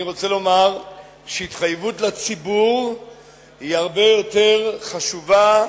אני רוצה לומר שהתחייבות לציבור הרבה יותר חשובה,